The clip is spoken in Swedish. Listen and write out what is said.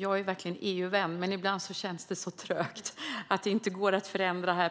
Jag är verkligen EU-vän, men ibland känns det så trögt att det inte går att förändra